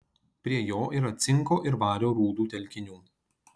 prie jo yra cinko ir vario rūdų telkinių